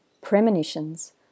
premonitions